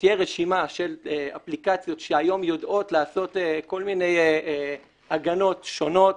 תהיה רשימה של אפליקציות שהיום יודעות לעשות כל מיני הגנות שונות,